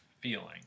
feeling